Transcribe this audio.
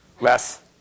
less